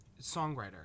songwriter